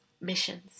missions